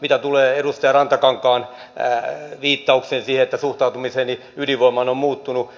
mitä tulee edustaja rantakankaan viittaukseen siihen että suhtautumiseni ydinvoimaan on muuttunut